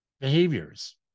Behaviors